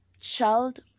Child